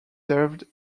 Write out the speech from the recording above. served